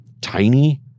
Tiny